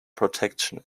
protection